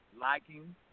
liking